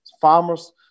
farmers